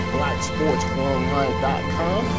BlackSportsOnline.com